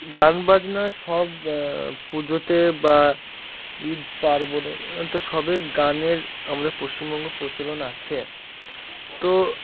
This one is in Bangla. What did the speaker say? গানবাজনা সব পুজোতে বা ঈদ পার্বণে তো সবে গানের আমাদের পশ্চিমবঙ্গ প্রচলন আছে তো